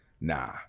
Nah